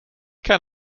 kind